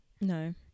No